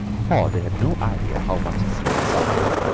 for they had no idea how much she had suffered,